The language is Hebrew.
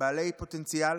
בעלי פוטנציאל